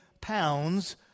pounds